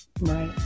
Right